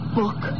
book